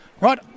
Right